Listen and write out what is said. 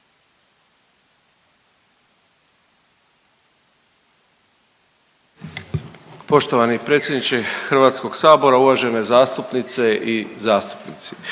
Poštovani predsjedniče HS-a, uvažene zastupnice i zastupnici.